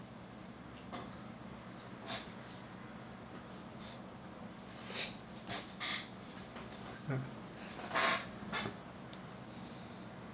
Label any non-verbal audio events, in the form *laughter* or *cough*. *noise*